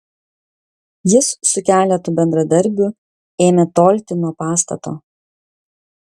jis su keletu bendradarbių ėmė tolti nuo pastato